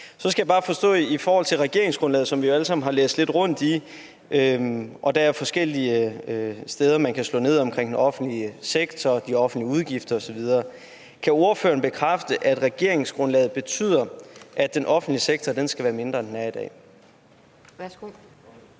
Så skal jeg bare i forhold til regeringsgrundlaget, som vi jo alle sammen har læst lidt rundt i – og der er forskellige steder, man kan slå ned på noget om den offentlige sektor, de offentlige udgifter osv. – spørge: Kan ordføreren bekræfte, at regeringsgrundlaget betyder, at den offentlige sektor skal være mindre, end den er i dag? Kl.